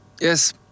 Yes